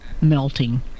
melting